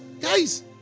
guys